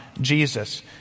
Jesus